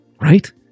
right